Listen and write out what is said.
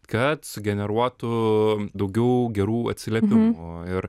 kad sugeneruotų daugiau gerų atsiliepimų ir